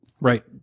right